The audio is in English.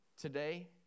today